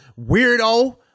Weirdo